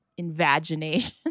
invagination